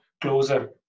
closer